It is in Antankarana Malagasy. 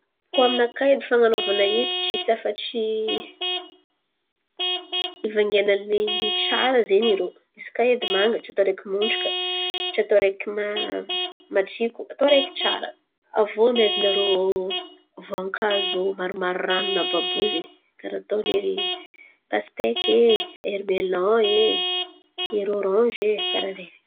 Koa aminakà edy fan̈anovana izy vidian̈a leny tsara zen̈y irô izy koa edy manga tsy atô araiky montraka, tsy atô araiky matsiko, atô araiky tsara. Avio amain̈a rô voankazo maromaro ranony àby io zen̈y karà ataony iery pasiteky eh, iry melona eh, ery oraze eh karà zen̈y.